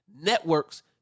networks